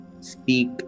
speak